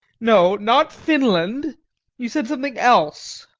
no, not finland you said something else.